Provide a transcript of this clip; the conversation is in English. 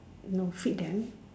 no feed them